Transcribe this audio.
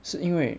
是因为